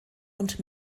und